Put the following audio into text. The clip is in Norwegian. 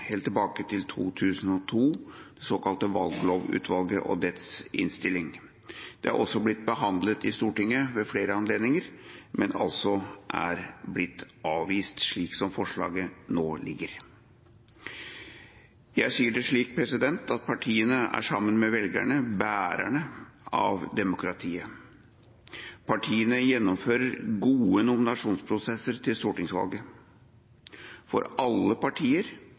helt tilbake til 2002, om det såkalte valglovutvalget og dets innstilling. Det er også blitt behandlet i Stortinget ved flere anledninger, men er altså blitt avvist slik som forslaget nå foreligger. Jeg sier det slik: Partiene sammen med velgerne er bærerne av demokratiet. Partiene gjennomfører gode nominasjonsprosesser til stortingsvalget. For alle partier